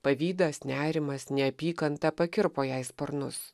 pavydas nerimas neapykanta pakirpo jai sparnus